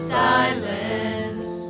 silence